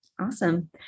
Awesome